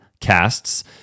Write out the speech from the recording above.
casts